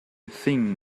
thing